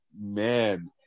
man